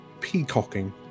peacocking